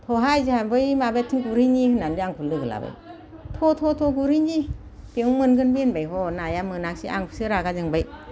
थ'हाय जोंहा बै माबाथिं गुरहैनि होननानै आंखौ लोगो लाबाय थ' थ' थ' गुरहैनि बेयाव मोनगोनबे होनबाय ह' नाया मोनासै आंखौसो रागा जोंबाय